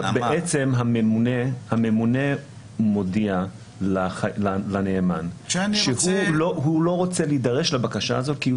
בעצם הממונה מודיע לנאמן שהוא לא רוצה להידרש לבקשה הזאת כי הוא